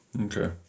Okay